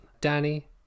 Danny